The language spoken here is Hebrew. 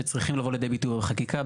שצריכים לבוא לידי ביטוי בחקיקה.